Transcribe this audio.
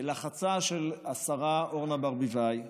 בלחצה של השרה אורנה ברביבאי,